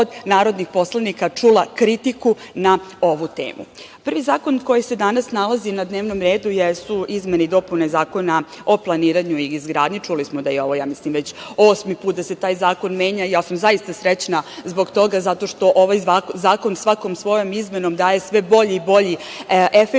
od narodnih poslanika čula kritiku na ovu temu. Prvi zakon koji se danas nalazi na dnevnom redu jesu izmene i dopune Zakona o planiranju i izgradnji, čuli smo da je ovo već osmi put da se taj zakon menja i ja sam zaista srećna zbog toga, jer ovaj zakon svakom svojom izmenom, daje sve bolji i bolji efekat. Ova